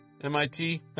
MIT